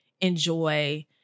enjoy